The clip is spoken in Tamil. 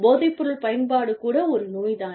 போதைப்பொருள் பயன்பாடு கூட ஒரு நோய் தான்